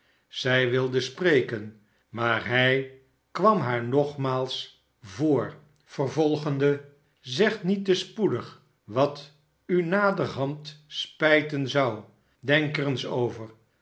zij wilde spreken maar hij kwam haar nogmaals voor vervolgende zeg niet te spoedig wat u naderhand spijten zou denk er eens over